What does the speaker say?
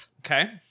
Okay